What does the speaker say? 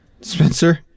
Spencer